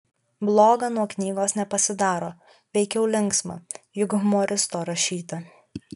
bloga nuo knygos nepasidaro veikiau linksma juk humoristo rašyta